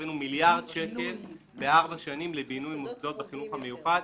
הבאנו מיליארד שקל בארבע שנים לבינוי מוסדות בחינוך המיוחד,